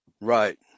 Right